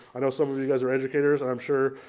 i know some of you guys are educators and i'm sure.